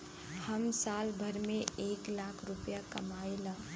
हम साल भर में एक लाख रूपया कमाई ला